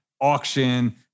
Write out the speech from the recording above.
auction